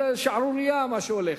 שערורייה, מה שהולך.